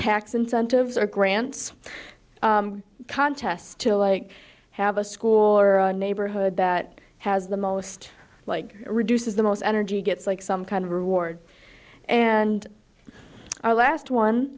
tax incentives or grants contest to like have a school or neighborhood that has the most like reduces the most energy gets like some kind of reward and our last one